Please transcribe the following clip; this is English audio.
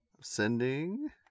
Sending